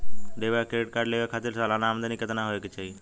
Debit और credit card लेवे के खातिर सलाना आमदनी कितना हो ये के चाही?